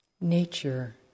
nature